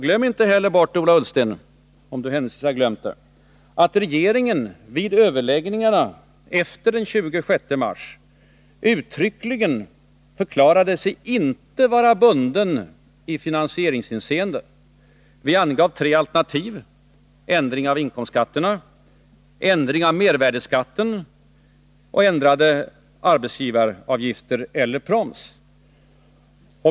> Glöm inte heller bort, Ola Ullsten, om ni händelsevis har gjort det, att regeringen vid överläggningarna efter den 26 mars uttryckligen förklarade sig inte vara bunden i finansieringshänseende. Vi angav tre alternativ: ändring av inkomstskatterna, ändring av mervärdeskatten och ändring av arbetsgivaravgifterna eller proms.